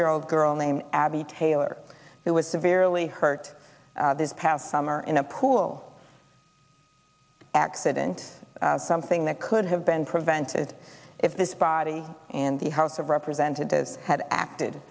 year old girl named abby taylor who was severely hurt this past summer in a pool accident something that could have been prevented if this body and the house of representatives had acted